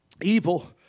evil